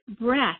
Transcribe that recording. breath